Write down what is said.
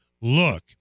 look